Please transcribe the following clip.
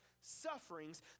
sufferings